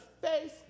face